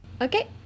okay